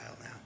now